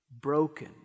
broken